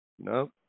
No